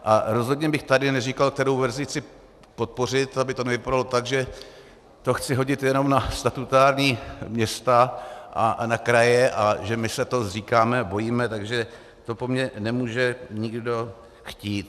A rozhodně bych tady neříkal, kterou verzi chci podpořit, aby to nevypadalo tak, že to chci hodit jenom na statutární města, na kraje a že my se toho zříkáme a bojíme, takže to po mně nemůže nikdo chtít.